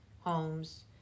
homes